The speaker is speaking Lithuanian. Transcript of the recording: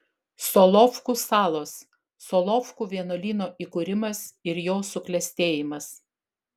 solovkų salos solovkų vienuolyno įkūrimas ir jo suklestėjimas